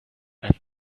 and